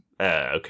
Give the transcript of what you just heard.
Okay